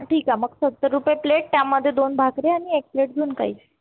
ठीक आहे मग सत्तर रुपये प्लेट त्यामध्ये दोन भाकरी आणि एक प्लेट झुणका येईल